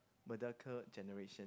Merdaka generation